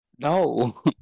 No